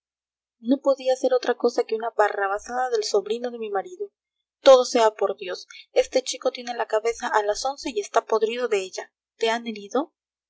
no podía ser otra cosa que una barrabasada del sobrino de mi marido todo sea por dios este chico tiene la cabeza a las once y está podrido de ella te han herido